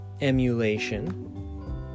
emulation